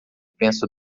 penso